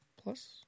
Plus